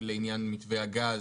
לעניין מתווה הגז.